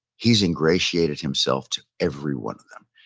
he's ingratiated himself to every one of them.